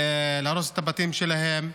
להרוס את הבתים שלהם,